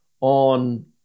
on